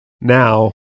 now